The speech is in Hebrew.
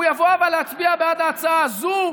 אבל הוא יבוא אבל להצביע בעד ההצעה הזו,